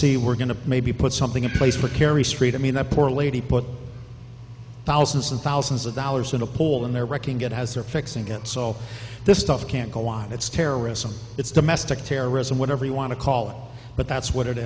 see we're going to maybe put something in place for carrie st i mean the poor lady but thousands and thousands of the dollars in a pool in their wrecking it has or fixing it so this stuff can't go on it's terrorism it's domestic terrorism whatever you want to call it but that's what it